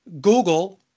Google